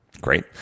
Great